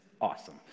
awesome